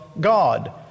God